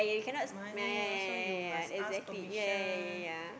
money also you must ask permission